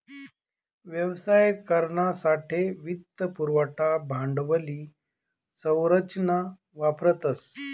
व्यवसाय करानासाठे वित्त पुरवठा भांडवली संरचना वापरतस